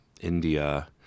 India